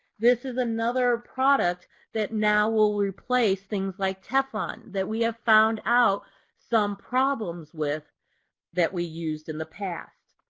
this is another product that now will replace things like teflon that we have found out some problems with that we used in the past.